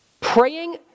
Praying